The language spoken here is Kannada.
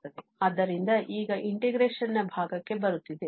ಆದ್ದರಿಂದ ಈಗ integration ಭಾಗಕ್ಕೆ ಬರುತ್ತಿದೆ